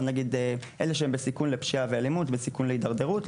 אלה שהם בסיכון לפשיעה ואלימות, בסיכון להידרדרות.